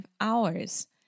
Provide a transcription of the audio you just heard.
hours